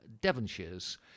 devonshires